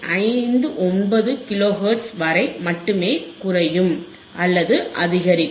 59 kilohertz வரை மட்டுமே குறையும் அல்லது அதிகரிக்கும்